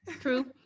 True